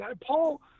Paul